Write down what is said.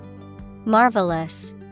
Marvelous